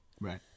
Right